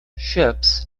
ships